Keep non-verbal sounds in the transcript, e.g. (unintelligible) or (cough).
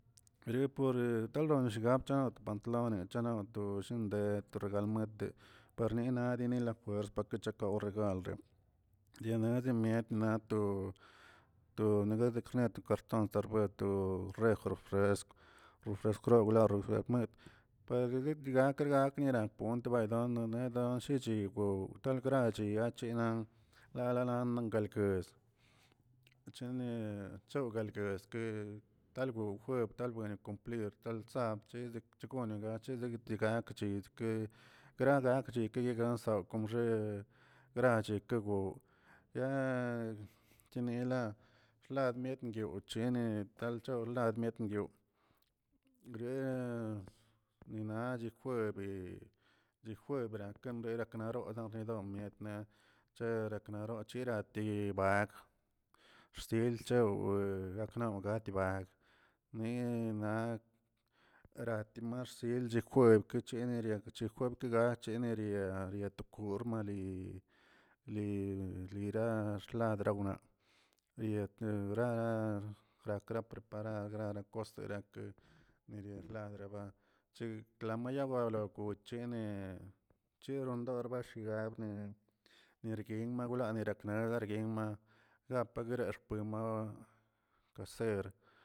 Kreporet ronrgapcha nad' tlone chanaw to shinꞌ ded degalmete perninareni lajuers pakechake regal dianezi mietna to to negagueda a to karton (unintelligible) bueto rej refroeskw rofreskwro raw per retigakə aknena komp baynadeden nonshichibbo wtalgrachi alnian galalan galguezə chenecho galguezə tal wew jueb benon, cumplir sabd, chgono chgache dedetigat dichkə gradachki kansak gomxe grache ke bow yaar chenila xlad mekwꞌ yoo chenet chad metyowꞌ (hesitation) ninachi jueb dii jueb gratigan zeraknanoroza dedok mietmna cherekniarochi ti bag xsil chewꞌ de gaknaw gatiba ni na ritamal rsilchi jueb e chiniria yejueb ke gache neria neriakut pur maril li lirax ladrawna lietedra rakra preparar la costerakə le lagreba klamayalaba blo chene chedrongo bashiga nerguen maguuira ne derguima gapraguerpn no kaser.